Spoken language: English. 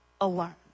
alone